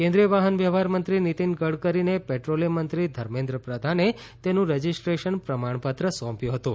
કેન્દ્રીય વાહન વ્યવહાર મંત્રી નીતિન ગડકરીને પેટ્રોલીયમ મંત્રી ધર્મેન્દ્ર પ્રધાને તેનું રજીસ્ટ્રેશન પ્રમાણપત્ર સોંપ્યું હતું